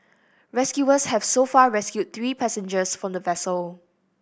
rescuers have so far rescued three passengers from the vessel